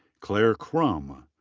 claire crum.